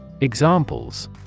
Examples